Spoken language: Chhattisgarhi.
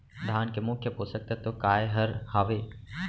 धान के मुख्य पोसक तत्व काय हर हावे?